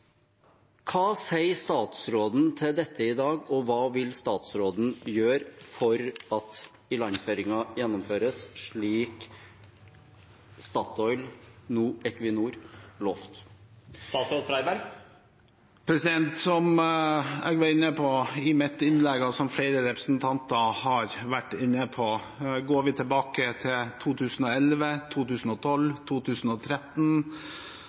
Hva sier statsråden til dette i dag, og hva vil statsråden gjøre for at ilandføringen gjennomføres, slik Statoil, nå Equinor, lovet? Som jeg var inne på i mitt innlegg, og som flere representanter har vært inne på: Går vi tilbake til 2011, 2012 og 2013,